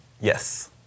Yes